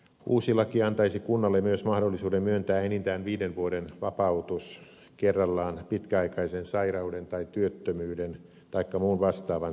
uusi laki antaisi kunnalle myös mahdollisuuden myöntää enintään viiden vuoden vapautuksen kerrallaan pitkäaikaisen sairauden tai työttömyyden taikka muun vastaavan syyn perusteella